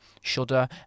Shudder